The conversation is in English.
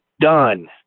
done